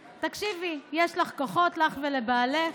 תקשיבי, יש לך כוחות, לך ולבעלך.